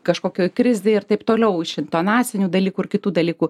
kažkokioj krizėj ir taip toliau iš intonacinių dalykų ir kitų dalykų